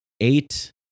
eight